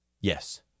Yes